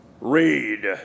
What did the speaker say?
read